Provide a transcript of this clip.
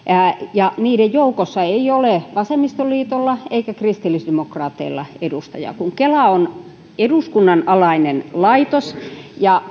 ja niiden joukossa ei ole vasemmistoliitolla eikä kristillisdemokraateilla edustajaa kun kela on eduskunnan alainen laitos ja